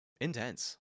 intense